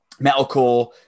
metalcore